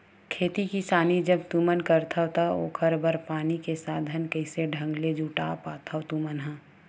खेती किसानी जब तुमन करथव त ओखर बर पानी के साधन कइसे ढंग ले जुटा पाथो तुमन ह?